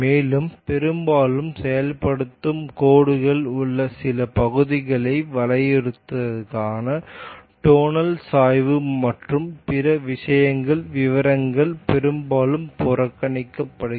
மேலும் பெரும்பாலும் செயல்படுத்தப்படும் கோடுகள் உள்ள சில பகுதிகளை வலியுறுத்துவதற்கான டோனல் சாய்வு மற்றும் பிற விஷயங்களின் விவரங்கள் பெரும்பாலும் புறக்கணிக்கப்படும்